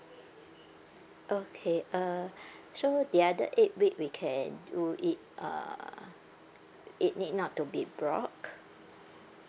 okay uh so the other eight week we can do it uh it need not to be blocked